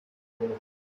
sword